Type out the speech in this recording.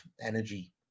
energy